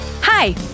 Hi